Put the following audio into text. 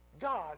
God